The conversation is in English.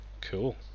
cool